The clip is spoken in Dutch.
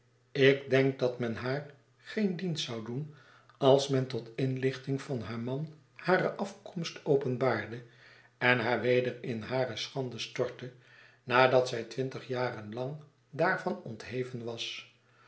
ik denk dat men haar gecn dienst zou doen als men tot inlichting van haar man hare afkomst openbaarde en haar weder in hare schande stortte nadat zij twintig jaren lang daarvan ontheven was